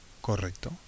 Correcto